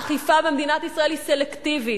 האכיפה במדינת ישראל היא סלקטיבית,